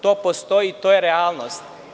To postoji i to je realnost.